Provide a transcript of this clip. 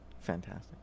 Fantastic